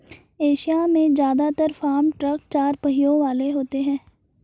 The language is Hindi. एशिया में जदात्र फार्म ट्रक चार पहियों वाले होते हैं